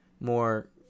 more